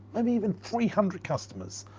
um even three hundred customers,